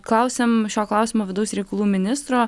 klausiam šio klausimo vidaus reikalų ministro